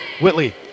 Whitley